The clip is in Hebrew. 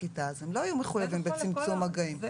כיתה אז הם לא יהיו מחויבים בצמצום מגעים,